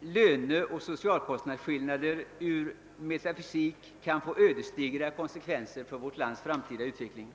löneoch socialkostnadsskillnader ur metafysik kan få ödesdigra konsekvenser för vårt lands framtida utveckling.